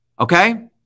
Okay